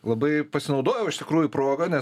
labai pasinaudojau iš tikrųjų proga nes